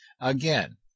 Again